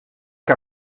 que